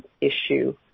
issue